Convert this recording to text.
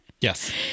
yes